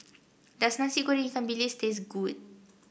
does Nasi Goreng Ikan Bilis taste good